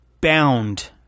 bound